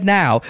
now